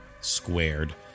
Squared